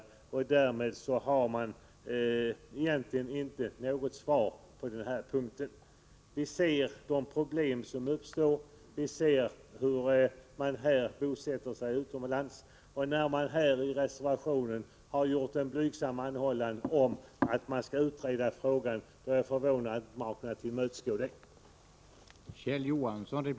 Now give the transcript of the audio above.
I och med detta har man egentligen inte kunna ge något svar på den här punkten. Vi ser de problem som uppstår, och vi ser hur människor bosätter sig utomlands. I reservationen har gjorts en blygsam anhållan om att man skall utreda frågan. Jag är förvånad över att man inte har kunnat tillmötesgå detta.